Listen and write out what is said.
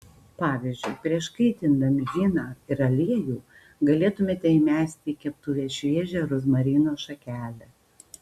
pavyzdžiui prieš kaitindami vyną ir aliejų galėtumėte įmesti į keptuvę šviežią rozmarino šakelę